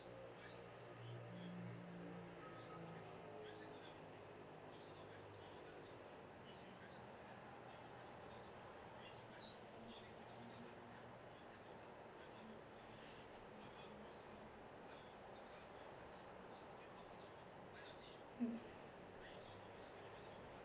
mm